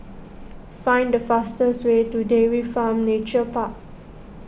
find the fastest way to Dairy Farm Nature Park